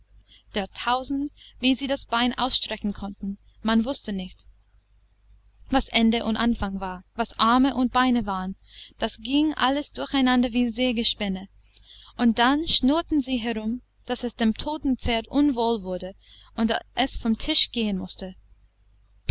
der tausend wie sie das bein ausstrecken konnten man wußte nicht was ende und anfang war was arme und beine waren das ging alles durcheinander wie sägespäne und dann schnurrten sie herum daß es dem totenpferd unwohl wurde und es vom tisch gehen mußte